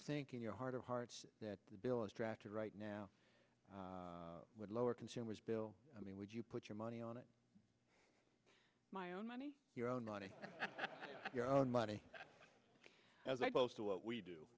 think in your heart of hearts that the bill is drafted right now would lower consumers bill i mean would you put your money on it my own money your own money your own money as i close to what we